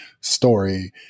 story